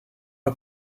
pas